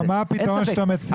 אבל מה הפתרון שאתה מציע?